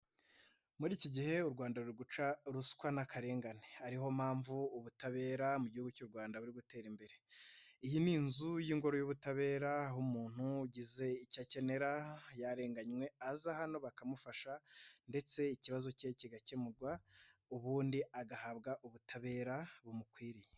Muri iki gihe u Rwanda ruri guca ruswa n'akarengane ari yo mpamvu ubutabera mu Gihugu cy'u Rwanda buri gutera imbere, iyi ni inzu y'ingoro y'ubutabera aho umuntu ugize icyo akenera yarenganywe aza hano bakamufasha ndetse ikibazo ke kigakemurwa ubundi agahabwa ubutabera bumukwiriye.